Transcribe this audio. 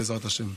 בעזרת השם.